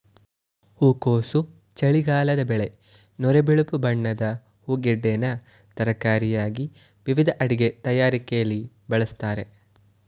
ಹೂಕೋಸು ಚಳಿಗಾಲದ ಬೆಳೆ ನೊರೆ ಬಿಳುಪು ಬಣ್ಣದ ಹೂಗೆಡ್ಡೆನ ತರಕಾರಿಯಾಗಿ ವಿವಿಧ ಅಡಿಗೆ ತಯಾರಿಕೆಲಿ ಬಳಸ್ತಾರೆ